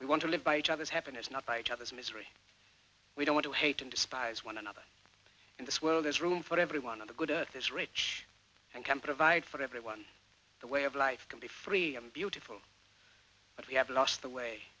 we want to live by each other's happiness not by each other's misery we don't want to hate and despise one another in this world there's room for every one of the good this rich and can provide for everyone the way of life can be free and beautiful but we have lost the way